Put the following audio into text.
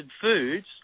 foods